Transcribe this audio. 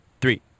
three